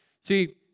See